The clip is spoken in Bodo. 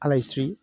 आलायस्रि